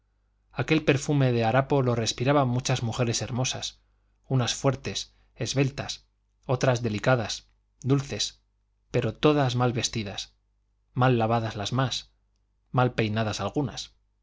aquel perfume de harapo lo respiraban muchas mujeres hermosas unas fuertes esbeltas otras delicadas dulces pero todas mal vestidas mal lavadas las más mal peinadas algunas